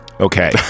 Okay